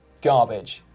garbage.